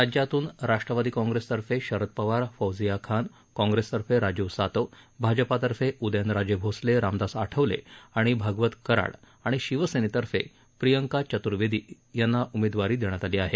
राज्यातून राष्ट्रवादी काँग्रेसतर्फे शरद पवार फौजिया खान काँग्रेसतर्फे राजीव सातव भाजपतर्फे उदयनराजे भोसले रामदास आठवले आणि भागवत कराड आणि शिवसेनेतर्फे प्रियंका चत्र्वेदी यांनी उमेदवारी देण्यात आली आहे